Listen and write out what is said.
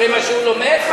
זה מה שהוא לומד?